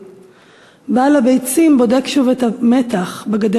לחיזיון.// בעל הביצים בודק שוב את המתח/ בגדר